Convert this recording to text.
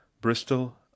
Bristol